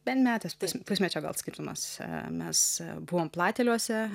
vienmetės pusmečio gal skirtumas mes buvom plateliuose